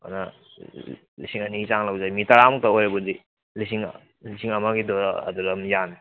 ꯑꯗꯨꯅ ꯂꯤꯁꯤꯡ ꯑꯅꯤꯒꯤ ꯆꯥꯡ ꯂꯧꯖꯩ ꯃꯤ ꯇꯔꯥꯃꯨꯛꯇ ꯑꯣꯏꯔꯕꯨꯗꯤ ꯂꯤꯁꯤꯡ ꯂꯤꯁꯤꯡ ꯑꯃꯒꯤꯗꯨꯗ ꯑꯗꯨꯗ ꯑꯗꯨꯝ ꯌꯥꯅꯤ